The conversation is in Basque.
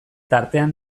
tartean